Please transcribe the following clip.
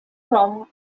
from